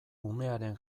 umearen